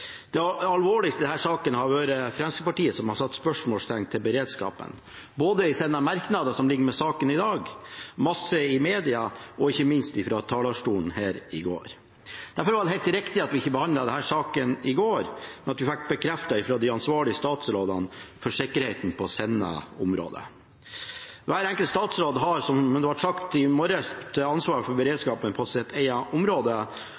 det hele tatt skal klare å huske det. Det alvorligste i denne saken har vært Fremskrittspartiet som har satt spørsmålstegn ved beredskapen både i sine merknader i saken i dag, i media og ikke minst fra talerstolen her i går. Derfor var det helt riktig at vi ikke behandlet denne saken i går uten at vi fikk det bekreftet fra de ansvarlige statsrådene for sikkerhet på sine områder. Hver enkelt statsråd har, som det ble sagt i morges, ansvar for